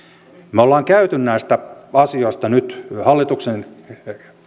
me olemme käyneet näistä asioista nyt hallituksen